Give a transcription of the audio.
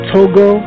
Togo